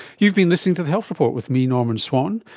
you've been listening to the health report with me, norman swan,